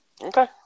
Okay